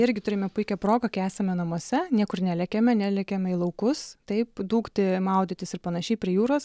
irgi turime puikią progą kai esame namuose niekur nelekiame nelekiame į laukus taip dūkti maudytis ir panašiai prie jūros